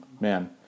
Man